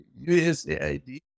USAID